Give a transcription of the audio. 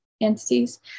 entities